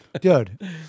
Dude